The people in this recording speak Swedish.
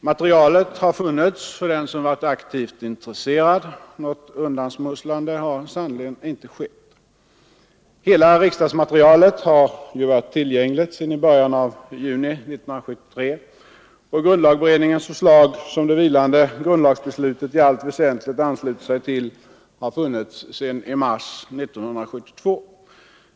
Materialet har funnits för den som varit aktivt intresserad. Något undansmusslande har sannerligen inte skett. Hela riksdagsmaterialet har ju varit tillgängligt sedan i början av juni 1973 och grundlagberedningens förslag, som det vilande grundlagsbeslutet i allt väsentligt ansluter sig till, har funnits sedan i mars 1972.